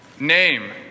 name